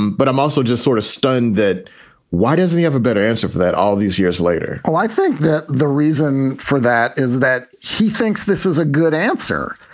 but i'm also just sort of stunned that why doesn't he have a better answer for that all these years later? well, i think that the reason for that is that he thinks this is a good answer,